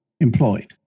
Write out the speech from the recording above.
employed